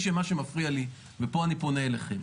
מה שלי מפריע לי ופה אני פונה אליכם,